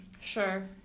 Sure